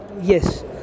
Yes